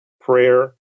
prayer